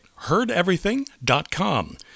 heardeverything.com